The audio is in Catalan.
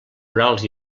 orals